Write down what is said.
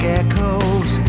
echoes